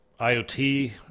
IoT